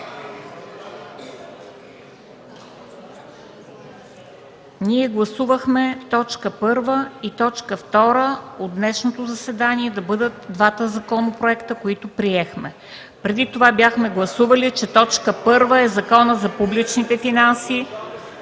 Ние гласувахме точка първа и точка втора от днешното заседание да бъдат двата законопроекта, които приехме. Преди това бяхме гласували, че точка първа е Законът за публичните финанси.